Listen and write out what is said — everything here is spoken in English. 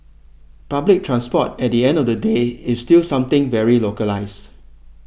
public transport at the end of the day is still something very localised